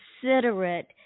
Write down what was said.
Considerate